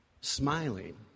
smiling